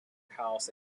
house